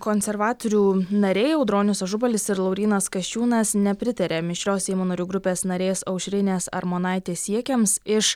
konservatorių nariai audronius ažubalis ir laurynas kasčiūnas nepritaria mišrios seimo narių grupės narės aušrinės armonaitės siekiams iš